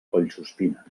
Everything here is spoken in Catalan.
collsuspina